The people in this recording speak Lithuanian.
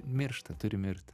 miršta turi mirti